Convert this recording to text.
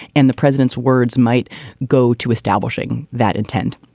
and the president's words might go to establishing that intent.